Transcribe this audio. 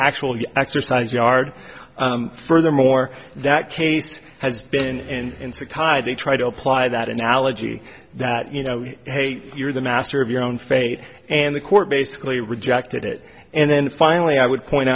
actual exercise yard furthermore that case has been and psychiatry try to apply that analogy that you know hey you're the master of your own fate and the court basically rejected it and then finally i would point